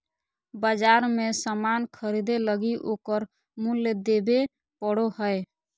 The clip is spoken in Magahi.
बाजार मे सामान ख़रीदे लगी ओकर मूल्य देबे पड़ो हय